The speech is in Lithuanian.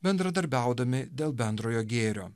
bendradarbiaudami dėl bendrojo gėrio